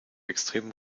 extrem